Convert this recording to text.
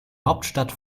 hauptstadt